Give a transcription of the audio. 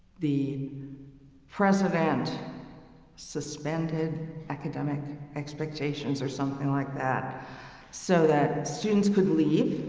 the president suspended academic expectations or something like that so that students could leave.